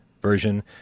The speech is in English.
Version